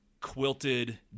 quilted